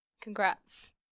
Congrats